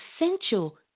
essential